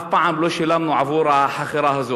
אף פעם לא שילמנו עבור החכירה הזאת.